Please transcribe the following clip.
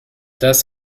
das